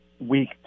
week